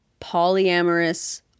polyamorous